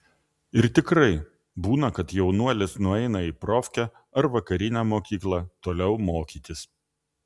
ir tikrai būna kad jaunuolis nueina į profkę ar vakarinę mokyklą toliau mokytis